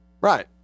Right